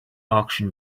auction